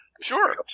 Sure